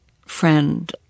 friend